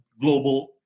global